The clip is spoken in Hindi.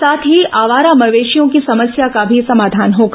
साथ ही आवारा मवेशियों की समस्या का भी समाधान होगा